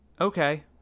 Okay